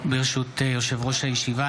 ברשות יושב-ראש הישיבה,